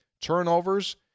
Turnovers